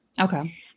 Okay